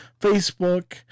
Facebook